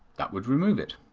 that would remove it.